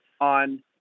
on